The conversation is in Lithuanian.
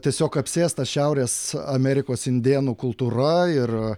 tiesiog apsėstas šiaurės amerikos indėnų kultūra ir